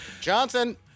Johnson